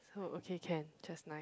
oh okay can just nice